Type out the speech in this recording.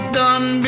done